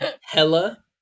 Hella